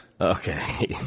okay